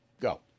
Go